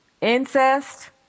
Incest